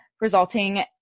resulting